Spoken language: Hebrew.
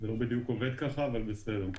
זה לא בדיוק עובד כך, אבל בסדר.